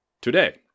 today